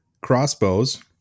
Crossbows